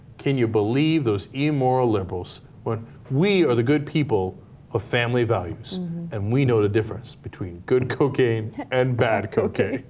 can you believe those you more liberals were we are the good people a family values and we know the difference between good cocaine and back okay